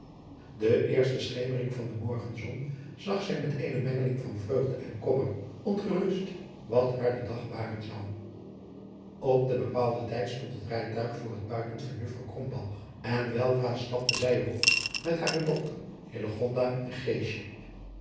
de eerste schemering van de morgenzon zag zij met eene mengeling van vreugde en kommer ongerust wat haar de dag baren zou adriaan loosjes pzn het leven van hillegonda buisman op den bepaalden tijd stond het rijtuig voor het buiten van juffrouw krombalg en weldra stapte zij er op met hare dochter hillegonda en